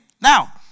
now